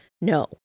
no